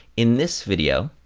in this video,